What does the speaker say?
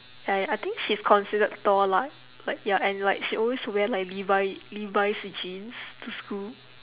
ya I think she's considered tall lah like ya and like she always wear like levi levi's jeans to school